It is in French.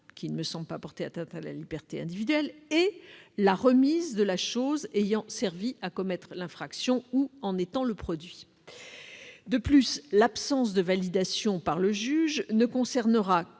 qui ne me semble pas porter atteinte à la liberté individuelle, et la remise de la chose ayant servi à commettre l'infraction ou en étant le produit. De plus, l'absence de validation par le juge ne concernera